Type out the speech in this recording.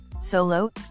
solo